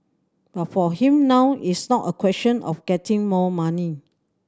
but for him now it's not a question of getting more money